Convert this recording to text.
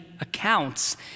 accounts